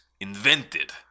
invented